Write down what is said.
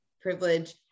privilege